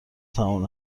تموم